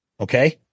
okay